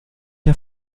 der